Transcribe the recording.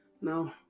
no